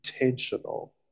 intentional